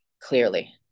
clearly